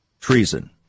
treason